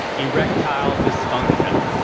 erectile dysfunction.